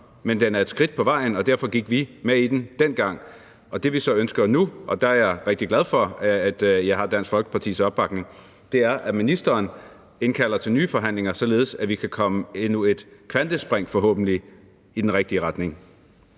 Men den er et skridt på vejen, og derfor gik vi med i den dengang. Og det, vi så ønsker nu – og der er jeg rigtig glad for, at jeg har Dansk Folkepartis opbakning – er, at ministeren indkalder til nye forhandlinger, således at vi kan komme endnu et kvantespring, forhåbentlig, i den rigtige retning.